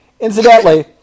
Incidentally